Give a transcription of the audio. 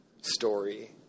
story